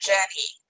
Jenny